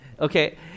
okay